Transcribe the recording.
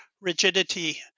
rigidity